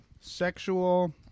Sexual